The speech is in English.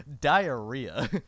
Diarrhea